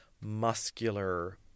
muscular